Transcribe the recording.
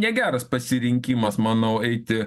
negeras pasirinkimas manau eiti